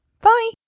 Bye